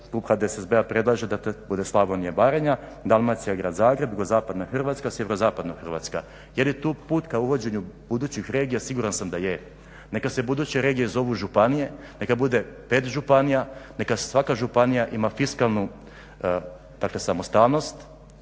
HDSSB-a predlaže da to bude Slavonija Baranja, Dalmacija, grad Zagreb, jugozapadna Hrvatska, sjeverozapadna Hrvatska. Jel' je to put ka uvođenju budućih regija? Siguran sam da je. Neka se buduće regije zovu županije, neka bude 5 županija, neka svaka županija ima fiskalnu, dakle samostalnost,